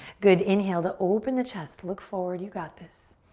good, inhale to open the chest. look forward, you got this.